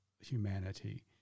humanity